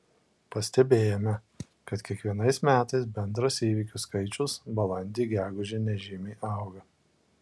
pastebėjome kad kiekvienais metais bendras įvykių skaičius balandį gegužę nežymiai auga